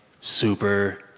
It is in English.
super